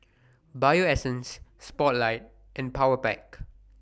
Bio Essence Spotlight and Powerpac